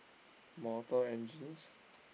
Mortal Engines